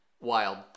wild